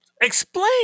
Explain